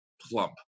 plump